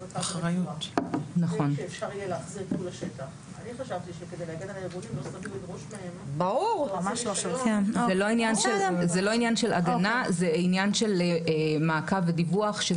זה עניין של מעקב ודיווח שזה חלק מהמטרות והתכליות של החוק הזה.